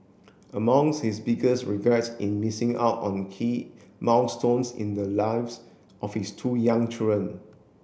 among his biggest regrets in missing out on key milestones in the lives of his two young children